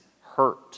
hurt